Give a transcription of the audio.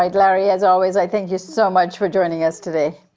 um larry, as always, i thank you so much for joining us today.